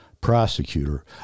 prosecutor